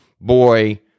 boy